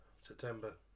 September